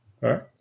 right